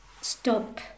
stop